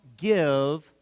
give